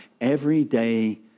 everyday